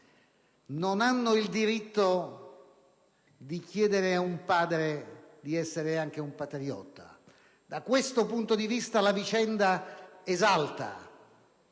non hanno il diritto di chiedere a un padre di essere anche un patriota. Da questo punto di vista, la vicenda esalta